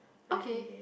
okay